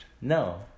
No